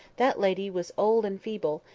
that lady was old and feeble,